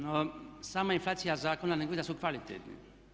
No, sama inflacija zakona ne govori da su kvalitetni.